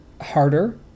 harder